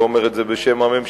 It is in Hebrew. אני לא אומר את זה בשם הממשלה,